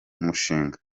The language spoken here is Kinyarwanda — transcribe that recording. mushinga